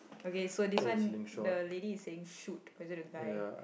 okay so this one the lady is saying shoot or is it a guy